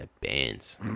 bands